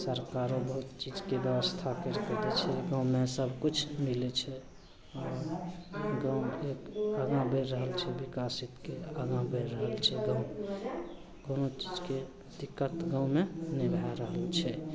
सरकारो बहुत चीजके बेबस्था करिके दै छै गाममे सबकिछु मिलै छै आओर गामके आगाँ बढ़ि रहल छै विकसित कै आगाँ बढ़ि रहल छै गाम कोनो चीजके दिक्कत गाममे नहि भै रहल छै